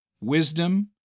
Wisdom